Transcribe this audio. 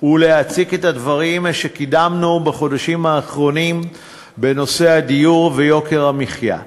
ולהציג את הדברים שקידמנו בחודשים האחרונים בנושא הדיור ויוקר המחיה.